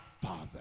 father